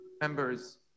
members